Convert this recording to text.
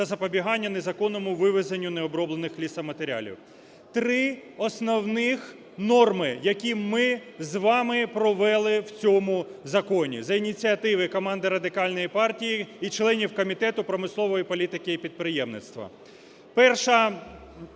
Три основні норми, які ми з вами провели в цьому законі за ініціативи команди Радикальної партії і членів Комітету промислової політики і підприємництва. Перша